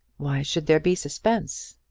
why should there be suspense?